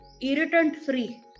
irritant-free